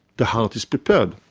the heart is prepared.